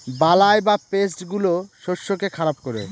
বালাই বা পেস্ট গুলো শস্যকে খারাপ করে